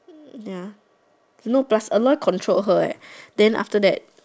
ya no plus Aloy control her eh then after that